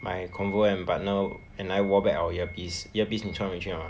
my combo and partner and I wore back our earpiece earpiece 你穿回去 liao mah